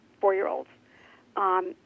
four-year-olds